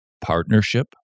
partnership